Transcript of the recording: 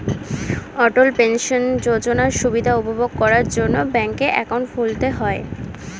অটল pension যোজনার সুবিধা উপভোগ করার জন্যে ব্যাংকে অ্যাকাউন্ট খুলতে হয়